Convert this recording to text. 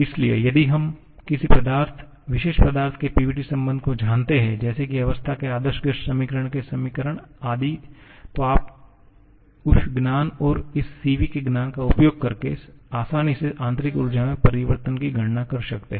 इसलिए यदि हम किसी विशेष पदार्थ के PVT संबंध को जानते हैं जैसे कि अवस्था के आदर्श गैस समीकरण के समीकरण आदि तो आप उस ज्ञान और इस Cv के ज्ञान का उपयोग करके आसानी से आंतरिक ऊर्जा में परिवर्तन की गणना कर सकते हैं